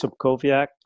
subkoviak